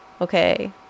okay